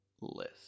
list